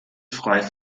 frei